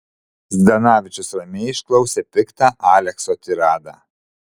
zdanavičius ramiai išklausė piktą alekso tiradą